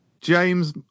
James